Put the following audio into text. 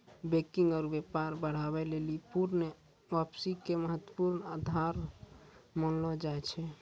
banking आरु व्यापार बढ़ाबै लेली पूर्ण वापसी के महत्वपूर्ण आधार मानलो जाय छै